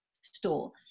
store